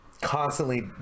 constantly